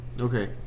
Okay